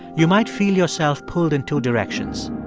you might feel yourself pulled in two directions.